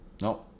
No